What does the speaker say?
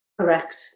Correct